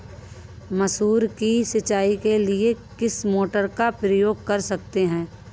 मसूर की सिंचाई के लिए किस मोटर का उपयोग कर सकते हैं?